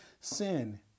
sin